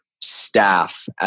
staff